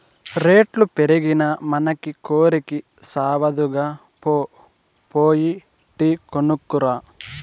రేట్లు పెరిగినా మనసి కోరికి సావదుగా, పో పోయి టీ కొనుక్కు రా